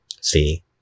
see